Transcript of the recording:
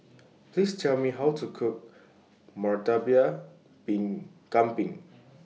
Please Tell Me How to Cook Murtabak Kambing